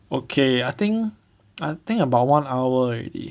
okay I think I think about one hour already